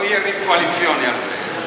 לא יהיה ריב קואליציוני אחרי.